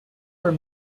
were